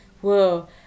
whoa